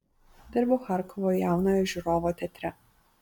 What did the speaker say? dirbau charkovo jaunojo žiūrovo teatre